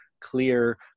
clear